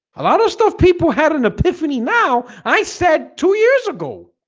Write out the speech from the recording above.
a lot of stuff people had an epiphany now. i said two years ago